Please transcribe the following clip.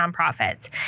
nonprofits